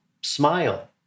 smile